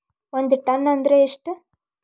ಒಂದ್ ಟನ್ ಅಂದ್ರ ಎಷ್ಟ?